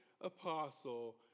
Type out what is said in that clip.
apostle